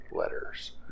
letters